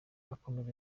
akomeza